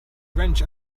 wrench